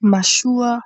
Mashua